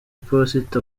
iposita